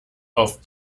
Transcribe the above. auf